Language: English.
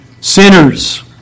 sinners